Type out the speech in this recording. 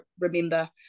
remember